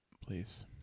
please